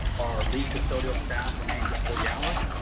our lead custodial staff remains at forty hours,